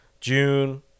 June